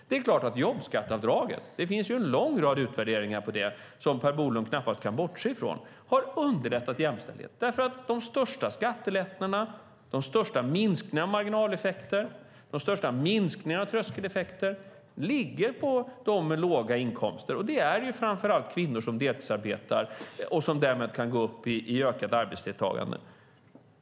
Det är klart att jobbskatteavdraget - det finns en lång rad utvärderingar av det som Per Bolund knappast kan bortse ifrån - har underlättat jämställdhet, detta eftersom de största skattelättnaderna, de största minskningarna av marginaleffekterna och de största minskningarna av tröskeleffekter ligger på dem med låga inkomster, och det är framför allt kvinnor som deltidsarbetar och som därmed kan öka sitt arbetsdeltagande.